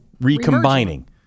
recombining